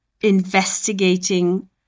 investigating